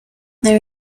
there